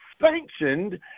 sanctioned